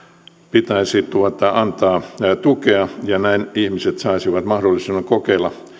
pitäisi antaa tukea ja näin ihmiset saisivat mahdollisuuden kokeilla